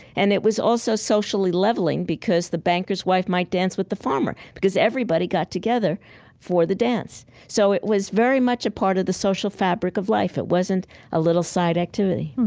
and it was also socially leveling because the banker's wife might dance with the farmer because everybody got together for the dance. so it was very much a part of the social fabric of life. it wasn't a little side activity